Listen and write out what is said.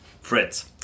Fritz